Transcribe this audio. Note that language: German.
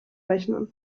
rechnen